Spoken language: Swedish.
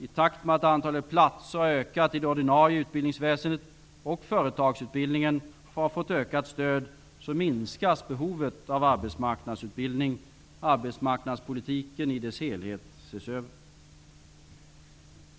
I takt med att antalet platser har ökat i det ordinarie utbildningsväsendet och att företagsutbildningen fått ökat stöd minskas behovet av arbetsmarknadsutbildning. Arbetsmarknadspolitiken i dess helhet ses över.